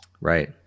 right